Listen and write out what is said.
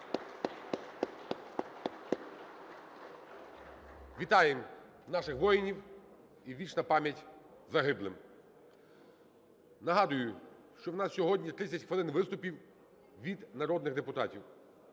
Вітаємо наших воїнів. І вічна пам'ять загиблим. Нагадую, що у нас сьогодні 30 хвилин виступів від народних депутатів,